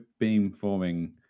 beamforming